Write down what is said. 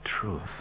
truth